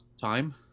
time